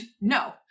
no